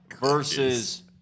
versus